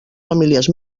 famílies